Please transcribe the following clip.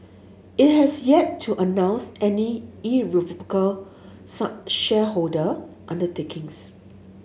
it has yet to announce any irrevocable shareholder undertakings